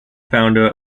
founder